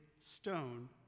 stone